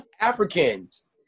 Africans